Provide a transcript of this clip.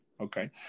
okay